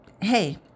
hey